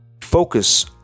focus